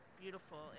beautiful